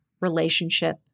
relationship